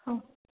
ও